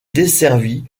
desservie